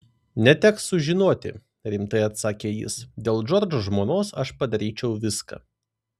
neteks sužinoti rimtai atsakė jis dėl džordžo žmonos aš padaryčiau viską